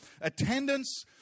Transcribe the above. attendance